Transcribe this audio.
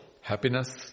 happiness